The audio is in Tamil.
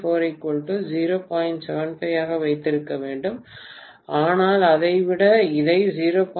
75 ஆக வைத்திருக்க வேண்டும் ஆனால் அதை விட இதை 0